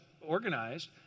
organized